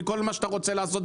מכל מה שאתה רוצה לעשות,